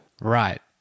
Right